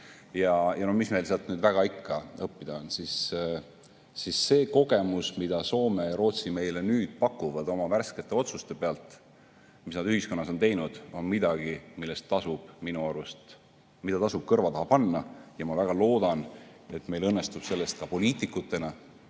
mida meie naabritel meile ikka on pakkuda, on see kogemus, mida Soome ja Rootsi meile nüüd pakuvad oma värskete otsuste pealt, mis nad ühiskonnas on teinud, midagi sellist, mida minu arust tasub kõrva taha panna. Ma väga loodan, et meil õnnestub sellest ka poliitikutena